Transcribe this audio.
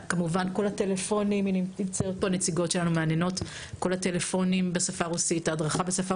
כמובן שכל הטלפונים וההדרכה הנציגות שלנו מהנהנות הם בשפה הרוסית,